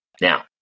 Now